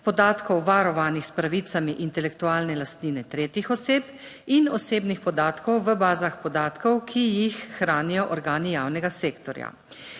podatkov varovanih s pravicami intelektualne lastnine tretjih oseb, in osebnih podatkov v bazah, podatkov, ki jih hranijo organi javnega sektorja.